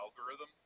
algorithm